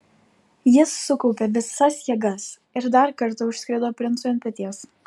jis sukaupė visas jėgas ir dar kartą užskrido princui ant peties